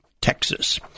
Texas